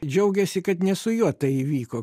džiaugiasi kad ne su juo tai įvyko